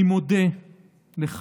אני מודה לך,